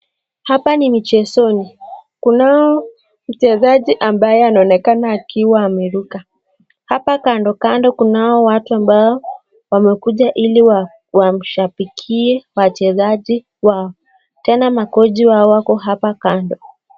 Hapa ni michezoni. Kunaye mchezaji ambaye anaonekana akiwa ameruka. Hapo kando kando kuna watu ambao wanaonekana wamekuja ili wawashabikie wachezaji wao, tena makochi wao wako hapo kando.